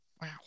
Wow